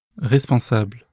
responsable